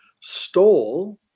stole